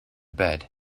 bed